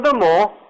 Furthermore